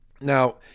Now